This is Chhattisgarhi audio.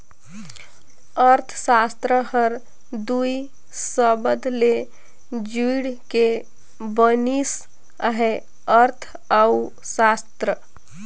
अर्थसास्त्र हर दुई सबद ले जुइड़ के बनिस अहे अर्थ अउ सास्त्र